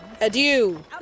Adieu